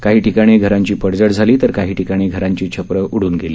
काही ठिकाणी घरांची पडझड झाली तर काही ठिकाणी घरांची छपरं उड्रन गेली